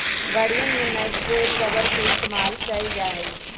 गड़ीयन में nitrile rubber के इस्तेमाल कइल जा हई